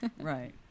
Right